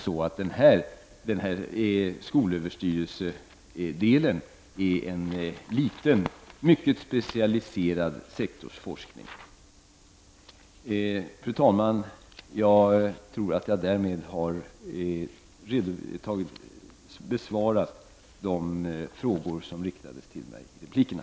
Den del som ligger under skolöverstyrelsen är alltså en liten, mycket specialiserad sektorsforskning. Fru talman! Därmed har jag nog besvarat de frågor som riktades till mig i replikerna.